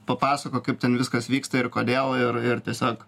papasakok kaip ten viskas vyksta ir kodėl ir ir tiesiog